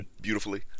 Beautifully